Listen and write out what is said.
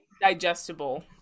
digestible